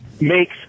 makes